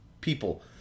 people